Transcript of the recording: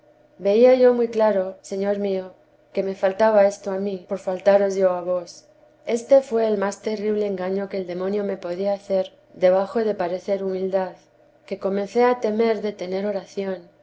veía yo muy claro señor mío que me faltaba esto a mí por faltaros yo a vos este fué el más terrible engaño que el demonio me podía hacer debajo de parecer humildad que comencé a temer de tener oración